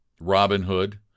Robinhood